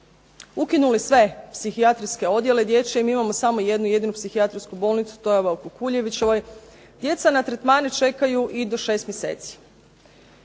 ukinuli sve dječje psihijatrijske odjele. Mi imamo samo jednu jedinu psihijatrijsku bolnicu to je ova u Kukuljevićevoj, djeca na tretmane čekaju i do 6 mjeseci.